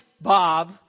Bob